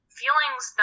feelings